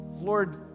Lord